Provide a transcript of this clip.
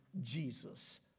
Jesus